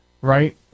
Right